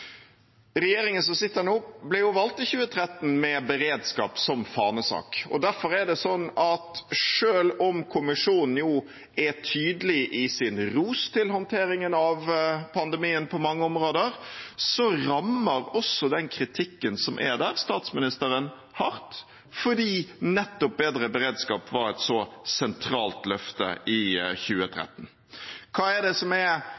Regjeringen som sitter nå, ble valgt i 2013 med beredskap som fanesak. Derfor er det sånn at selv om kommisjonen er tydelig i sin ros til håndteringen av pandemien på mange områder, rammer også den kritikken som er der, statsministeren hardt fordi nettopp bedre beredskap var et så sentralt løfte i 2013. Hva er det som er